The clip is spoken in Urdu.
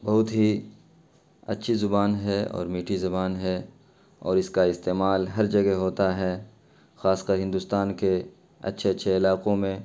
بہت ہی اچھی زبان ہے اور میٹھی زبان ہے اور اس کا استعمال ہر جگہ ہوتا ہے خاص کر ہندوستان کے اچھے اچھے علاقوں میں